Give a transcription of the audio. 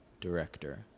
Director